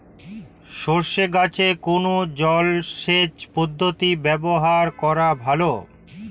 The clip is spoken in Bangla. সরষে গাছে কোন জলসেচ পদ্ধতি ব্যবহার করা ভালো?